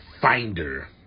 finder